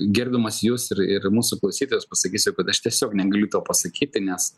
gerbdamas jus ir ir mūsų klausytojus pasakysiu kad aš tiesiog negaliu to pasakyti nes